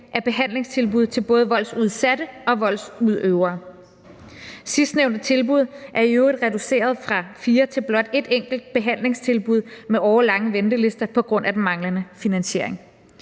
af behandlingstilbud til både voldsudsatte og voldsudøvere. Sidstnævnte tilbud er i øvrigt reduceret fra fire til blot et enkelt behandlingstilbud med årelange ventelister på grund af den manglende finansiering.